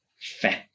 Fat